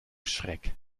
schreck